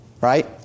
Right